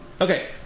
Okay